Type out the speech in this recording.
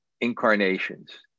incarnations